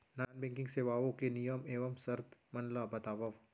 non banking सेवाओं के नियम एवं शर्त मन ला बतावव